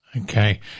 Okay